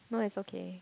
no it's okay